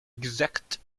exact